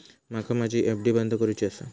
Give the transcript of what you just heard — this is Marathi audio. माका माझी एफ.डी बंद करुची आसा